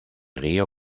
río